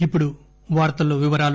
ఇప్పుడు వార్తల వివరాలు